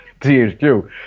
THQ